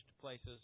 places